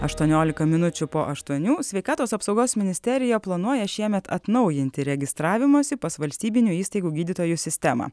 aštuoniolika minučių po aštuonių sveikatos apsaugos ministerija planuoja šiemet atnaujinti registravimąsi pas valstybinių įstaigų gydytojus sistemą